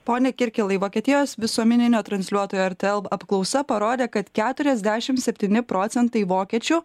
pone kirkilai vokietijos visuomeninio transliuotojo rtl apklausa parodė kad keturiasdešim septyni procentai vokiečių